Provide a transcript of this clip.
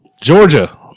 Georgia